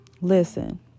Listen